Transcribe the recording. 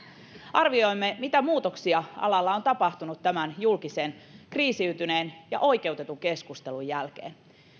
arvioimme mitä muutoksia alalla on tapahtunut tämän julkisen kriisiytyneen ja oikeutetun keskustelun jälkeen